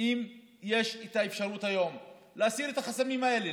אם יש אפשרות היום להסיר את החסמים האלה,